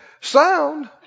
sound